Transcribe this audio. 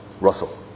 Russell